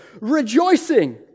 rejoicing